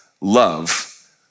love